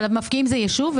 אבל מבקיעים זה יישוב.